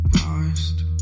lost